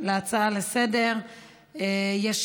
להצעה לסדר-היום.